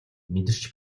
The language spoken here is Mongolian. мэдэрч